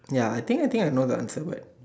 ya I think I think I know the answer but